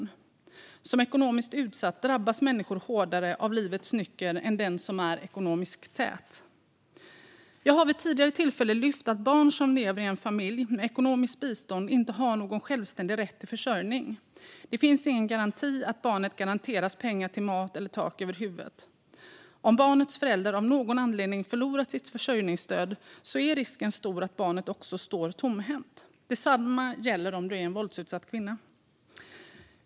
Den som är ekonomiskt utsatt drabbas hårdare av livets nycker än den som är ekonomiskt tät. Jag har vid ett tidigare tillfälle lyft att barn som lever i en familj med ekonomiskt bistånd inte har någon självständig rätt till försörjning. Det finns ingen garanti för att barnet får pengar till mat eller tak över huvudet. Om barnets förälder av någon anledning förlorar sitt försörjningsstöd är risken stor att barnet också står tomhänt. Detsamma gäller om du är en våldsutsatt kvinna.